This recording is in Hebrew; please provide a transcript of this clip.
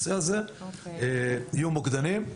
יהיו מוקדנים.